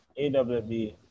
AWB